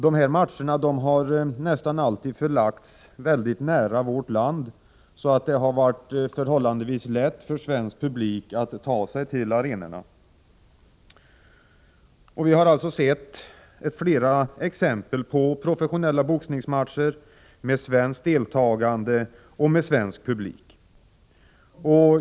Dessa matcher har nästan alltid förlagts till platser mycket nära vårt land, så det har varit förhållandevis lätt för svensk publik att ta sig till arenorna. Det finns alltså flera exempel på professionella boxningsmatcher med svenskt deltagande och svensk publik.